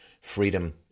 Freedom